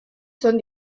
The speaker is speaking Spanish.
son